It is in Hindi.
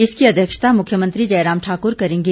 इसकी अध्यक्षता मुख्यमंत्री जय राम ठाकुर करेंगे